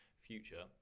future